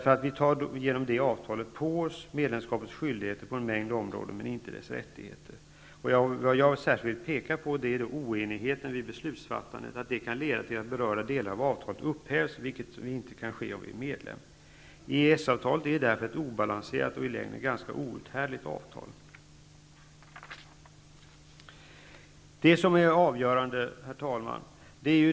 Genom ett sådant avtal tar vi nämligen på oss medlemskapets skyldigheter på en mängd områden, men inte dess rättigheter. Jag vill särskilt peka på att oenigheten vid beslutsfattandet kan leda till att berörda delar av avtalet upphävs, vilket inte kan ske om Sverige är medlem. EES-avtalet är därför ett obalanserat och ett i längden ganska outhärdligt avtal. Herr talman!